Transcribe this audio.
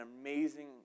amazing